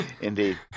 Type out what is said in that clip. Indeed